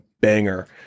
banger